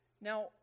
Now